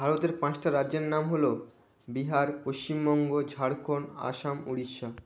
ভারতের পাঁচটা রাজ্যের নাম হলো বিহার পশ্চিমবঙ্গ ঝাড়খন্ড আসাম উড়িষ্যা